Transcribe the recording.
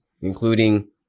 including